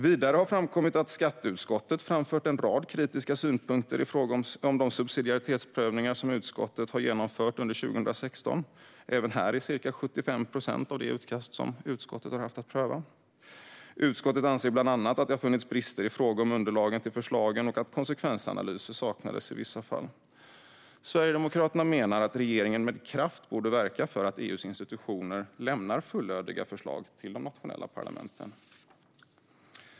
Vidare har skatteutskottet framfört en rad kritiska synpunkter i fråga om de subsidiaritetsprövningar som utskottet genomfört under 2016, även här i ca 75 procent av de utkast som utskottet har haft att pröva. Utskottet anser bland annat att det har funnits brister i fråga om underlagen till förslagen och att konsekvensanalyser saknades i vissa fall. Sverigedemokraterna menar att regeringen med kraft borde verka för att EU:s institutioner lämnar fullödiga underlag till de nationella parlamenten.